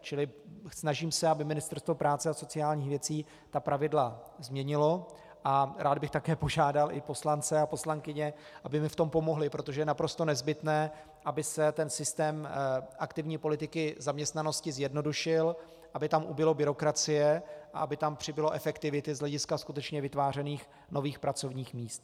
Čili snažím se, aby Ministerstvo práce a sociálních věcí ta pravidla změnilo, a rád bych také požádal i poslance a poslankyně, aby mi v tom pomohli, protože je naprosto nezbytné, aby se systém aktivní politiky zaměstnanosti zjednodušil, aby tam ubylo byrokracie a aby tam přibylo efektivity z hlediska skutečně vytvářených nových pracovních míst.